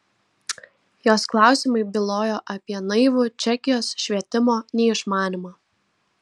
jos klausimai bylojo apie naivų čekijos švietimo neišmanymą